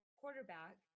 quarterback